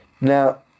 Now